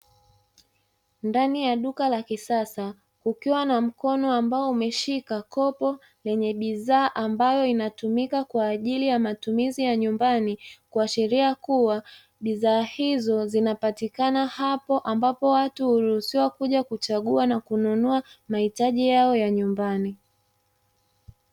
Ndani ya duka la kisasa kukiwa na mkono ambao umeshika kopo lenye bidhaa ambayo inatumika kwa ajili ya matumizi ya nyumbani, kuashiria kuwa bidhaa hizo zinapatikana hapo ambapo watu huruhusiwa kuja kuchagua na kununua mahitaji yao ya nyumbani.